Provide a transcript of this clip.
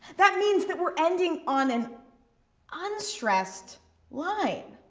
that means that we're ending on an unstressed line.